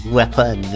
weapon